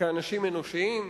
כאנשים אנושיים,